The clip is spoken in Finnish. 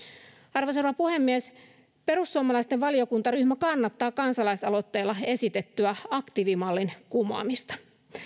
arvoisa rouva puhemies perussuomalaisten valiokuntaryhmä kannattaa kansalaisaloitteella esitettyä aktiivimallin kumoamista